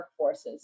workforces